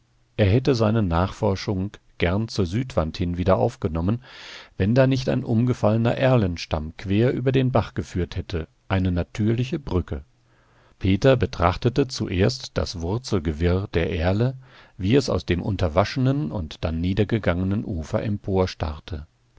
er hätte seine nachforschung rechts zur südwand hin wieder aufgenommen wenn da nicht ein umgefallener erlenstamm quer über den bach geführt hätte eine natürliche brücke peter betrachtete zuerst das wurzelgewirr der erle wie es aus dem unterwaschenen und dann niedergegangenen ufer